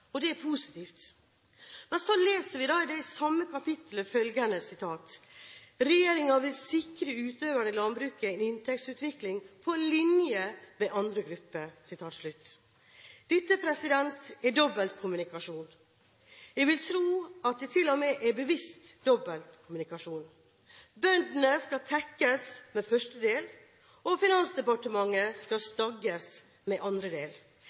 og det er positivt. Men så leser vi da i det samme kapitlet følgende: «Regjeringen vil sikre utøverne i landbruket en inntektsutvikling på linje med andre grupper.» Dette er dobbeltkommunikasjon. Jeg vil tro at det til og med er bevisst dobbeltkommunikasjon. Bøndene skal tekkes med første del, og Finansdepartementet skal stagges med andre del.